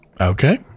Okay